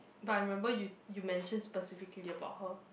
but I remember you you mention specifically about her